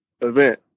event